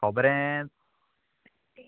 खोबरें